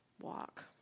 walk